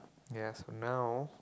yes for now